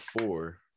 four